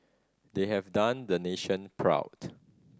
they have done the nation proud